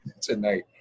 tonight